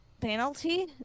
penalty